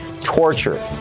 torture